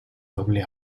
doble